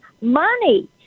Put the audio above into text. money